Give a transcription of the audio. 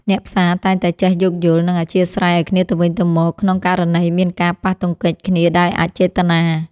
អ្នកផ្សារតែងតែចេះយោគយល់ និងអធ្យាស្រ័យឱ្យគ្នាទៅវិញទៅមកក្នុងករណីមានការប៉ះទង្គិចគ្នាដោយអចេតនា។